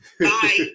Bye